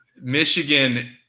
Michigan